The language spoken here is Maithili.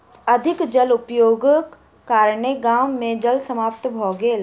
अधिक जल उपयोगक कारणेँ गाम मे जल समाप्त भ गेल